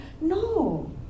No